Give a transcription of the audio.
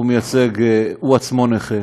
שהוא עצמו נכה,